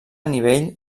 nivell